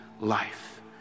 life